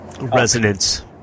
Resonance